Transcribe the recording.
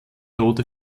rote